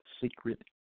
secret